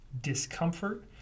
discomfort